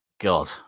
God